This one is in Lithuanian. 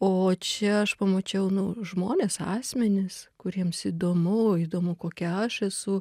o čia aš pamačiau nu žmonės asmenys kuriems įdomu įdomu kokia aš esu